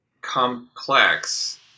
complex